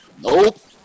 Nope